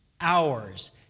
hours